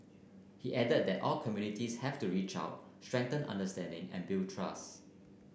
he added that all communities have to reach out strengthen understanding and build trust